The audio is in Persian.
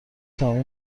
تمامی